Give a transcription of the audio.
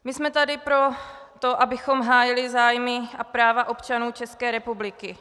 My jsme tady proto, abychom hájili zájmy a práva občanů České republiky.